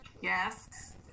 Yes